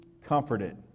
Comforted